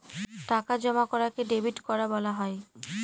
টাকা জমা করাকে ডেবিট করা বলা হয়